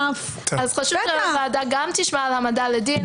חשוב שהוועדה תשמע גם על העמדה לדין